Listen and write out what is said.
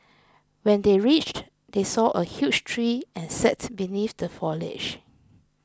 when they reached they saw a huge tree and sat beneath the Foliage